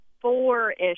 four-ish